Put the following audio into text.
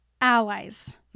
allies